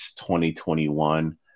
2021